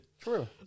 True